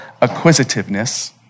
acquisitiveness